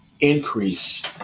increase